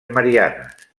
marianes